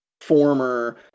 former